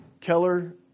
Keller